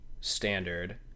standard